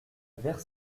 vert